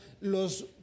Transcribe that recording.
Los